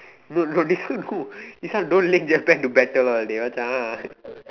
no no this one no this one don't link Japan to Battle all dey Macha